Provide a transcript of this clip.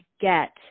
get